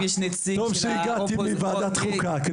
טוב שהגעתי מוועדת חוקה.